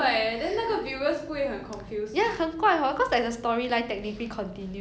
so they never even like give any explanation of 为什么不同